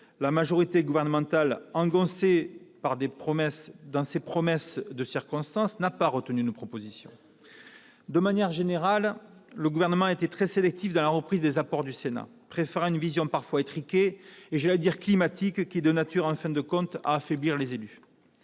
la majorité gouvernementale, engoncée dans ses promesses de circonstance, n'a pas retenu nos propositions. De manière générale, le Gouvernement a été très sélectif dans la reprise des apports du Sénat, préférant une vision parfois étriquée- j'allais dire « climatique » -qui est de nature, en fin de compte, à affaiblir les élus.